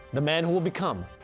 the man who will become,